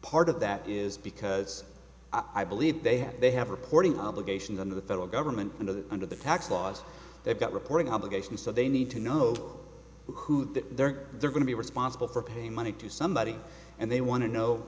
part of that is because i believe they have they have reporting obligations under the federal government under the under the tax laws they've got reporting obligations so they need to know who that they are they're going to be responsible for pay money to somebody and they want to know